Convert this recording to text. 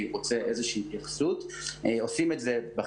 על הפעילות המבורכת